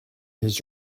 his